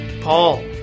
Paul